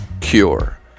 Cure